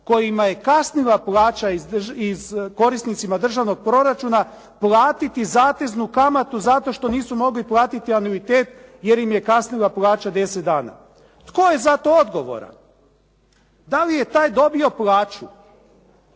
kojima je kasnila plaća korisnicima državnog proračuna platiti zateznu kamatu zato što nisu mogli platiti anuitet jer im je kasnila plaća deset dana. Tko je za to odgovoran? Da li je taj dobio plaću?